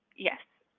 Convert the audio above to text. yes,